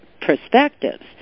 perspectives